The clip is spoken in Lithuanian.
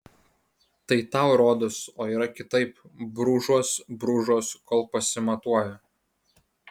tai tau rodos o yra kitaip brūžuos brūžuos kol pasimatuoja